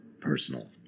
Personal